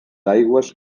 aigües